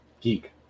Geek